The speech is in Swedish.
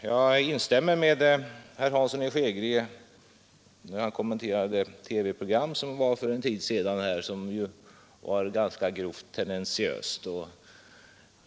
Jag instämmer med herr Hansson i Skegrie, när han kommenterade det TV-program som sändes för en tid sedan och som var ganska grovt tendentiöst.